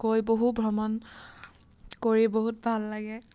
কৈ বহু ভ্ৰমণ কৰি বহুত ভাল লাগে